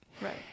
Right